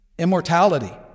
Immortality